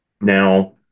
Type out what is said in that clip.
Now